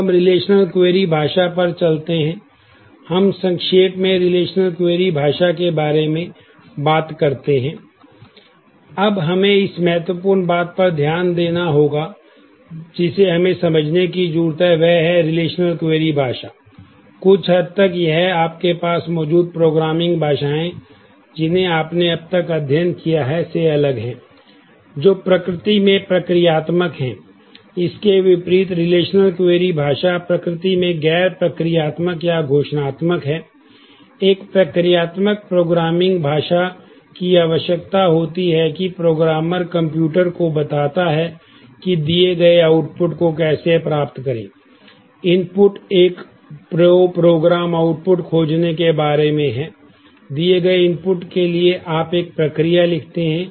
अब हम रिलेशनल भाषा के बारे में बात करते हैं अब हमें इस महत्वपूर्ण बात पर ध्यान देना होगा जिसे हमें समझने की जरूरत है वह है रिलेशनल की गणना कर सकते हैं